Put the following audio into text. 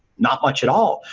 not much at all.